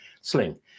sling